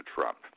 Trump